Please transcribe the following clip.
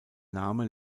name